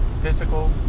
physical